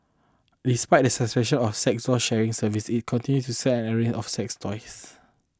despite the suspension of sex doll sharing service it continues to sell an array of sex toys